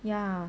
ya